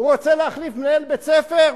הוא רוצה להחליף מנהל בית-ספר,